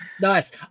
nice